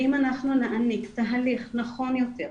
ואם אנחנו נעניק תהליך נכון יותר,